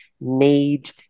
need